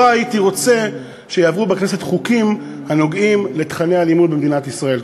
לא הייתי רוצה שיעברו בכנסת חוקים הנוגעים בתוכני הלימוד במדינת ישראל.